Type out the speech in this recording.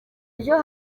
ejo